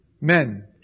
men